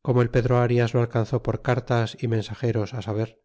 como el pedro arias lo alcanzó por cartas y mensageros saber